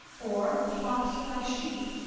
or flocks of thy sheep,